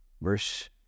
Verse